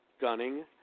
Gunning